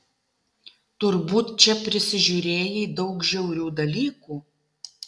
turbūt čia prisižiūrėjai daug žiaurių dalykų